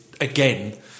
again